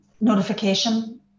notification